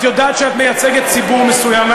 את יודעת שאת מייצגת ציבור מסוים,